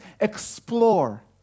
Explore